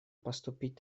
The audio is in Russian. поступить